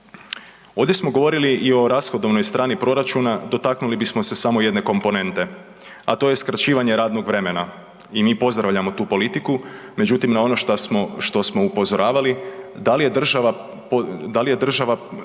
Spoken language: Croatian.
Ovdje smo govorili i o rashodovnoj strani proračuna, dotaknuli bismo se samo jedne komponente, a to je skraćivanje radnog vremena i mi pozdravljamo tu politiku. Međutim na ono što smo upozoravali, da li je država,